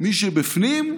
מי שבפנים,